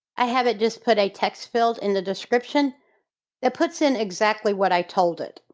i haven't just put a textfield in the description that puts in exactly what i told it.